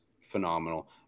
phenomenal